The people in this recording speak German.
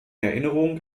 erinnerung